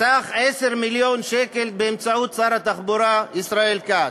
סך 10 מיליון שקל, באמצעות שר התחבורה ישראל כץ.